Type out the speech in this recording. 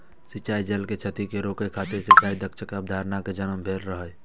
सिंचाइ जल के क्षति कें रोकै खातिर सिंचाइ दक्षताक अवधारणा के जन्म भेल रहै